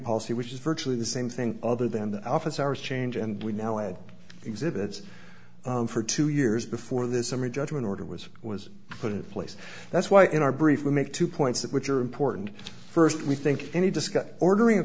policy which is virtually the same thing other than the office hours change and we now add exhibits for two years before this summary judgment order was was put in place that's why in our brief we make two points that which are important first we think any discussion ordering